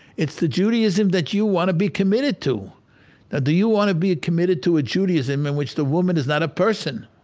it's the judaism that you want to be committed to. now do you want to be committed to a judaism in which the woman is not a person?